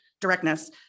directness